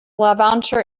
levanter